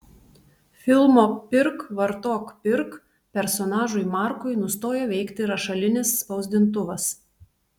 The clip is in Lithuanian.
filmo pirk vartok pirk personažui markui nustojo veikti rašalinis spausdintuvas